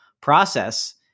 process